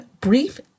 brief